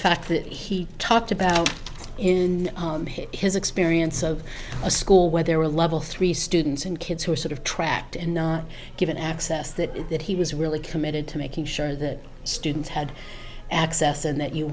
fact that he talked about in his experience of a school where there were a level three students and kids who are sort of tracked and not given access that that he was really committed to making sure that students had access and that you